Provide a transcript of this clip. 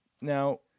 now